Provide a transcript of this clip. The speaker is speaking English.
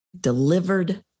delivered